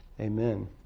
Amen